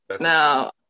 Now